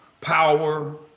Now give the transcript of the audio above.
power